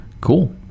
Cool